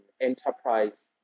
Enterprise